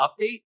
update